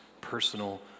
personal